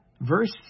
verse